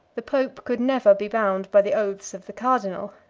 the pope could never be bound by the oaths of the cardinal.